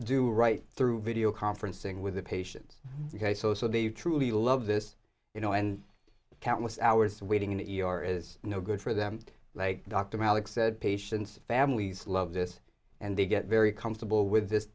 do right through video conferencing with the patients ok so so they truly love this you know and countless hours of waiting in the e r is no good for them like dr malloch said patients families love this and they get very comfortable with this